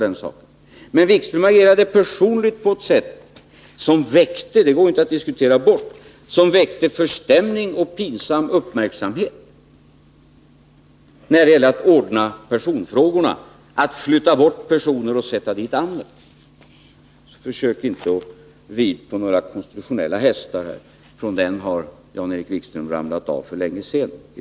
Men Jan-Erik Wikström agerade personligen på ett sätt som väckte — det går ju inte att diskutera bort — förstämning och pinsam uppmärksamhet då det gällde att ordna personfrågorna, att flytta bort personer och sätta dit andra. Försök inte att rida på några konstitutionella hästar i detta fall — där har Jan-Erik Wikström ramlat av för länge sedan!